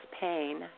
pain